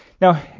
Now